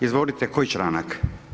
Izvolite, koji članak?